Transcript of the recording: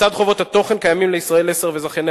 לצד חובות התוכן קיימים ל"ישראל 10" ולזכייני